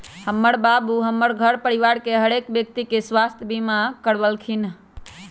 हमर बाबू हमर घर परिवार के हरेक व्यक्ति के स्वास्थ्य बीमा करबलखिन्ह